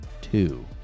two